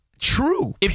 true